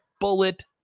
bullet